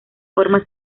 forma